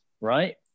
Right